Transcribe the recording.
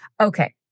okay